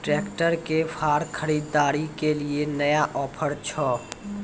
Tractor के फार खरीदारी के लिए नया ऑफर छ?